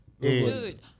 Dude